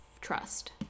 trust